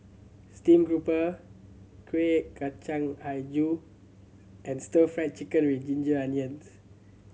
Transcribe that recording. steamed grouper Kuih Kacang Hijau and Stir Fried Chicken With Ginger Onions